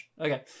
Okay